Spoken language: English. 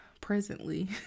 presently